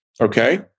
Okay